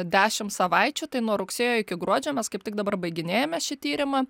dešim savaičių tai nuo rugsėjo iki gruodžio mes kaip tik dabar baiginėjame šį tyrimą